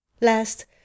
Last